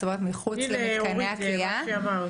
זאת אומרת מחוץ למתקני הכליאה,